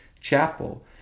Chapel